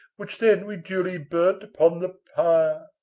which then we duly burned upon the pyre.